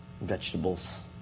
vegetables